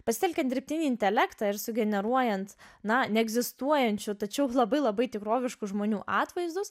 pasitelkiant dirbtinį intelektą ir sugeneruojant na neegzistuojančių tačiau labai labai tikroviškus žmonių atvaizdus